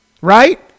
right